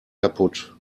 kaputt